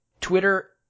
Twitter